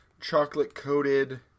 chocolate-coated